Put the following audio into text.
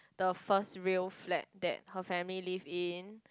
the first real flat that her family live in